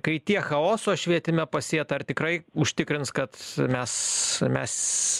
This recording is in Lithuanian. kai tiek chaoso švietime pasėta ar tikrai užtikrins kad mes mes